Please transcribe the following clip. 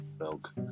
milk